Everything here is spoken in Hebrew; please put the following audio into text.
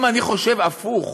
אם אני חושב הפוך